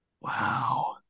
Wow